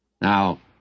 now